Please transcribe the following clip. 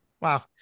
Wow